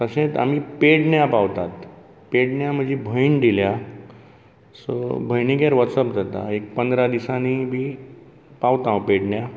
तशेंच आमी पेडण्या पावतात पेडण्या म्हजी भयण दिल्या सो भयणीगेर वचप जाता एक पंदरा दिसांनी बी पावतां हांव पेडण्या